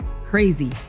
crazy